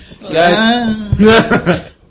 Guys